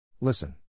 Listen